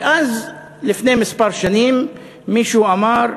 ואז לפני שנים מספר מישהו אמר,